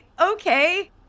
okay